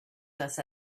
just